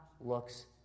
looks